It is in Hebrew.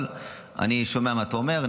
אבל אני שומע מה אתה אומר.